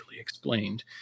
explained